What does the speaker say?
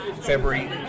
February